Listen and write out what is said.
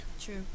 True